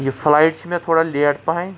یہِ فلایٹ چھِ مےٚ تھوڑا لیٹ پہن